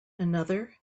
another